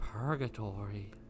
purgatory